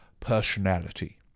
personality